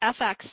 FX